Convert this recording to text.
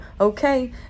okay